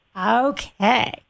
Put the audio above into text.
Okay